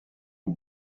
aux